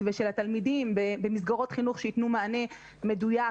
והבחירה של התלמידים במסגרות חינוך שייתנו מענה מדויק